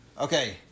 okay